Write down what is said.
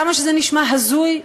כמה שזה נשמע הזוי,